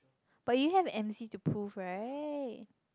but you have M_C to prove right